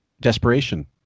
Desperation